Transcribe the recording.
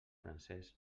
francesc